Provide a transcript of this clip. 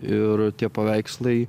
ir tie paveikslai